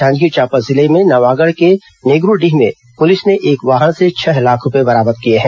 जांजगीर चांपा जिले में नवागढ़ के नेग्रडीह में पूलिस ने एक वाहन से छह लाख रूपये बरामद किए हैं